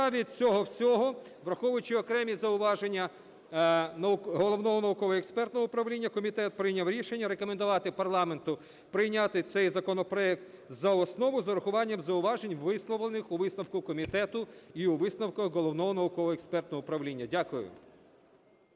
цього всього, враховуючи окремі зауваження Головного науково-експертного управління, комітет прийняв рішення рекомендувати парламенту прийняти цей законопроект за основу з урахуванням зауважень, висловлених у висновку комітету і у висновку Головного науково-експертного управління. Дякую.